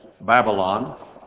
Babylon